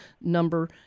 number